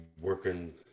working